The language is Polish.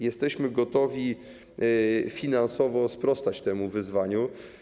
Jesteśmy gotowi finansowo sprostać temu wyzwaniu.